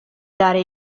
dare